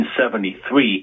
1973